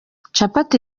capati